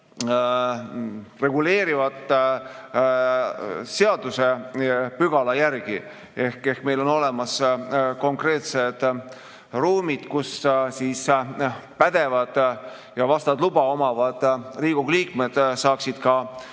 reguleeriva seadusepügala järgi ehk meil on olemas konkreetsed ruumid, kus siis pädevad ja vastavat luba omavad Riigikogu liikmed saaksid selle